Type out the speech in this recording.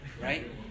Right